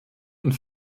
und